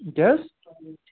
تہِ حظ